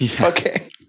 okay